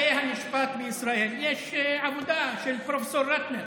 בתי המשפט בישראל, יש עבודה של פרופ' רטנר,